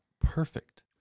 perfect